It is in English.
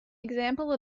example